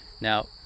now